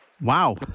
Wow